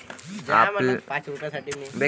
alpaca बहुधा लामापेक्षा लक्षणीय लहान असतात